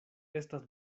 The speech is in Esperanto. estas